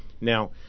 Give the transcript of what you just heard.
Now